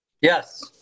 Yes